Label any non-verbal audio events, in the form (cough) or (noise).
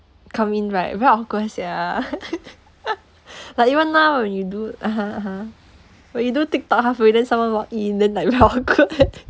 come in right very awkward sia (laughs) like even now when you do (uh huh) (uh huh) when you do tiktok halfway then someone walk in then like very awkward (laughs)